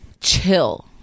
chill